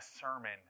sermon